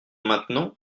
maintenant